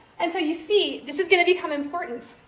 and so you see, this is going to become important,